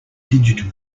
digital